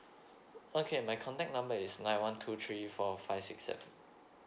okay my contact number is nine one two three four five six seven